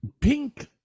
Pink